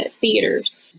theaters